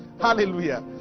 Hallelujah